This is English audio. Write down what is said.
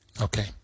Okay